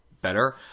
better